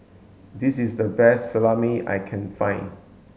this is the best Salami I can find